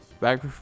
back